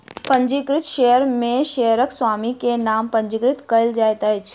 पंजीकृत शेयर में शेयरक स्वामी के नाम पंजीकृत कयल जाइत अछि